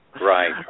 Right